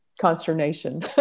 consternation